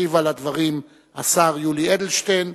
ישיב על הדברים השר יולי אדלשטיין.